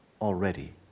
Already